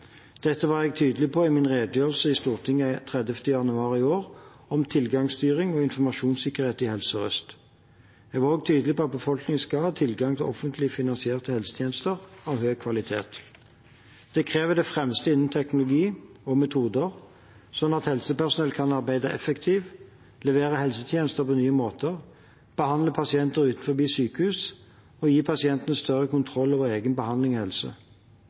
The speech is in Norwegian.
Dette var jeg tydelig på i min redegjørelse i Stortinget 30. januar i år, om tilgangsstyring og informasjonssikkerhet i Helse Sør-Øst. Jeg var også tydelig på at befolkningen skal ha tilgang til offentlig finansierte helsetjenester av høy kvalitet. Det krever det fremste innen teknologi og metoder, slik at helsepersonell kan arbeide effektivt, levere helsetjenester på nye måter, behandle pasienter utenfor sykehus og gi pasientene større kontroll over egen behandling og helse.